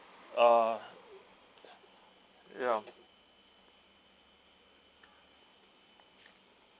ah ya